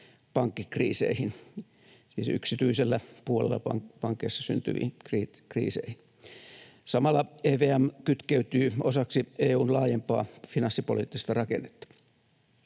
pankkikriiseihin — siis yksityisellä puolella pankeissa syntyviin kriiseihin. Samalla EVM kytkeytyy osaksi EU:n laajempaa finanssipoliittista rakennetta.